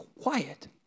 quiet